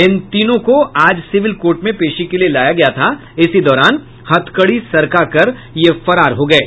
इन तीनों को आज सिविल कोर्ट में पेशी के लिये लाया गया था इसी दौरान हथकड़ी सरकाकर फरार हो गये